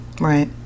Right